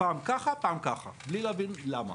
פעם ככה ופעם ככה, בלי להבין למה.